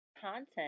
content